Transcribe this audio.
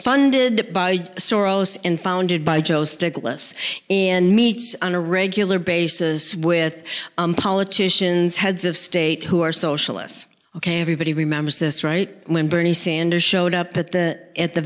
funded by soros and founded by joe stiglitz and meets on a regular basis with politicians heads of state who are socialists ok everybody remembers this right when bernie sanders showed up at the at the